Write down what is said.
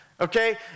okay